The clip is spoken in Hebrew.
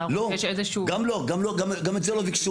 גם את זה לא ביקשו.